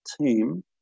team